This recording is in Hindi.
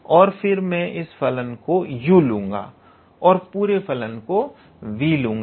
और फिर मैं इस फलन को u लूंगा और पूरे फलन को v लूंगा